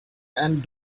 and